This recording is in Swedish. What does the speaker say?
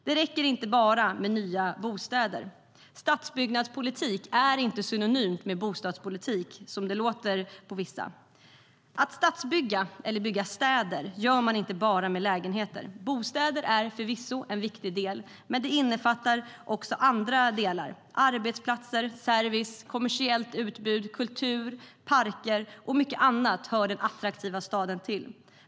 Det räcker inte med nya bostäder. Stadsbyggnadspolitik är inte synonymt med bostadspolitik, som det låter på vissa. Stadsbygger - bygger städer - gör man inte bara med lägenheter. Bostäder är förvisso en viktig del, men också andra delar innefattas. Arbetsplatser, service, kommersiellt utbud, kultur, parker och mycket annat hör den attraktiva staden till.